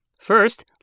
First